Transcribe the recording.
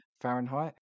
fahrenheit